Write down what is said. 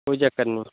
कोई चक्कर निं